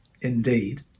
indeed